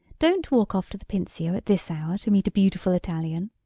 don't walk off to the pincio at this hour to meet a beautiful italian.